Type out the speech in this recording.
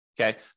Okay